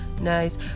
nice